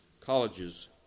colleges